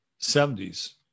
70s